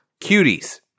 Cuties